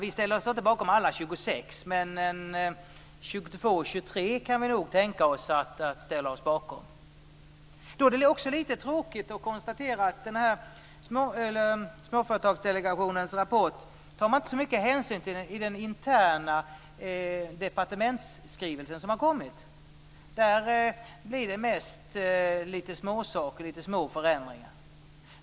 Vi ställer oss inte bakom alla 26, men 22 eller 23 kan vi nog tänka oss att ställa oss bakom. Då är det litet tråkigt att konstatera att man inte tar så mycket hänsyn till Småföretagardelegationens rapport i den interna departementsskrivelse som har kommit. Där blir det mest små förändringar.